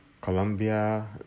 Colombia